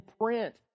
print